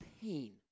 pain